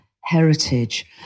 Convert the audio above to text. heritage